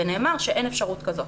ונאמר שאין אפשרות כזאת.